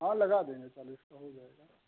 हाँ लगा देंगे चालीस का हो जायेगा